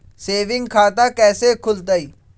Saving खाता कैसे खुलतई?